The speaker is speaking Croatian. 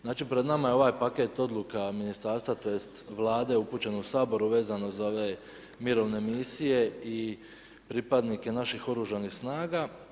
Znači pred nama je ovaj paket odluka ministarstva, tj. Vlade upućen u Sabor vezano uz ove mirovne misije i pripadnike naših oružanih snaga.